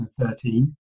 2013